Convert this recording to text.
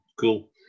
cool